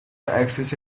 axis